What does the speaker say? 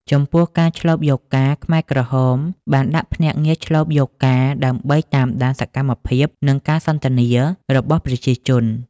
ចំពោះការឈ្លបយកការណ៍គឺ ខ្មែរក្រហមបានដាក់ភ្នាក់ងារឈ្លបយកការណ៍ដើម្បីតាមដានសកម្មភាព និងការសន្ទនារបស់ប្រជាជន។